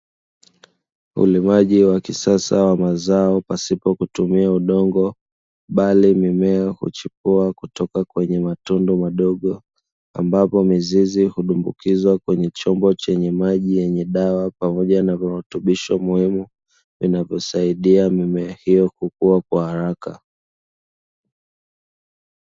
Ulimaji wa kisasa wa mazao pasipo kutumia udongo bali mimea huchipua kutoka kwenye matundu madogo, ambapo mizizi hudumbukizwa kwenye chombo chenye maji yenye dawa pamoja na virutubisho muhimu vinavyosaidia mimea hiyo kukua kwa haraka.